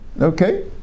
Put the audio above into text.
Okay